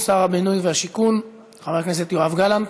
שר הבינוי והשיכון חבר הכנסת יואב גלנט,